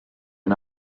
are